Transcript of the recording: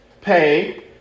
pay